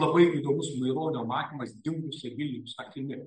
labai įdomus maironio matymas dingusia vilniaus akimi